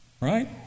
Right